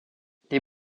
les